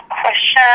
question